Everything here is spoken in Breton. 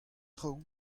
traoù